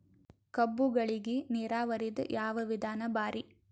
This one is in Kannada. ಕಬ್ಬುಗಳಿಗಿ ನೀರಾವರಿದ ಯಾವ ವಿಧಾನ ಭಾರಿ?